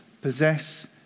possess